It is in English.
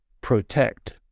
protect